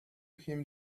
him